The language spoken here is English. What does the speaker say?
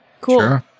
Cool